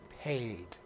paid